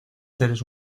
seres